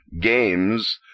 games